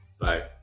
Bye